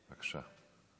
בבקשה.